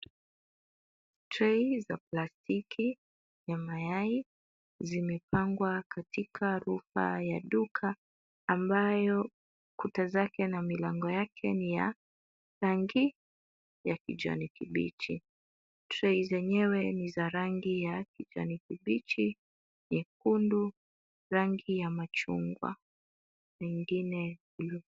Tray za plastiki ya mayai zimepangwa katika rufa ya duka ambayo kuta zake na milangi yake ni ya rangi ya kijani kibichi. Tray zenywe ni za rangi ya kijani kibichi, nyekundu, rangi ya machungwa na ingine blue .